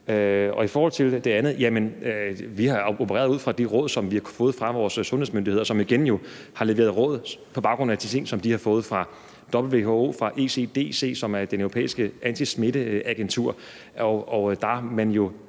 videre med. Til det andet spørgsmål: Vi har opereret ud fra de råd, som vi har kunnet få fra vores sundhedsmyndigheder, som jo igen har leveret råd på baggrund af de ting, som de har fået fra WHO og ECDC, som er det europæiske antismitte agentur.